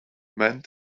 meant